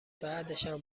بعدشم